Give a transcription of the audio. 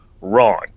Wrong